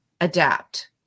adapt